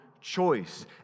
choice